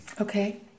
Okay